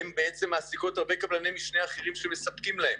הן מעסיקות הרבה קבלני משנה אחרים שמספקות להן.